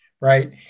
right